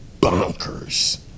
bonkers